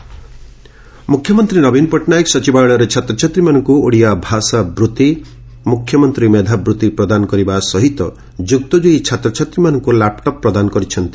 laptop ବଣ୍ଟନ ମୁଖ୍ୟମନ୍ତୀ ନବୀନ ପଟ୍ଟନାୟକ ସଚିବାଳୟରେ ଛାତ୍ରଛାତ୍ରୀମାନଙ୍କୁ ଓଡ଼ିଆ ଭାଷାବୃତ୍ତି ମୁଖ୍ୟମନ୍ତୀ ମେଧାବୃତ୍ତି ପ୍ରଦାନ କରିବା ସହିତ ଯୁକ୍ତ ଦୁଇ ଛାତ୍ରଛାତ୍ରୀମାନଙ୍କୁ ଲାପଟପ୍ ପ୍ରଦାନ କରିଛନ୍ତି